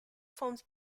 forms